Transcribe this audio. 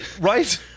Right